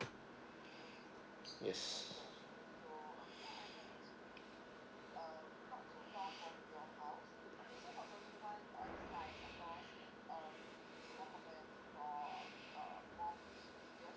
yes